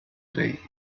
day